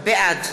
בעד